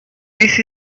this